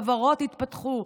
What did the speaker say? חברות התפתחו.